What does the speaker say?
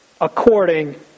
according